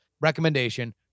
recommendation